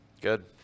Good